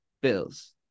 Bills